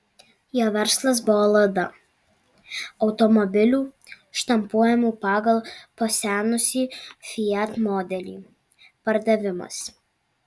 jo verslas buvo lada automobilių štampuojamų pagal pasenusį fiat modelį pardavimas